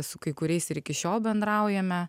su kai kuriais ir iki šiol bendraujame